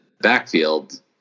backfield